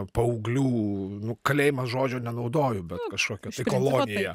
paauglių nu kalėjimas žodžio nenaudoju bet kažkokia tai kolonija